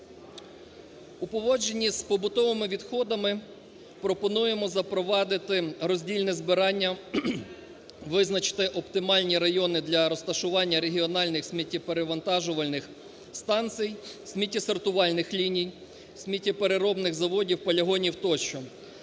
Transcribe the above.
У поводженні з побутовими відходами пропонуємо запровадити роздільне збирання, визначити оптимальні райони для розташування регіональних сміттєперевантажувальних станцій, сміттєсортувальних ліній, сміттєпереробних заводів, полігонів тощо.